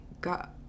got